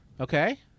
Okay